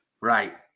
Right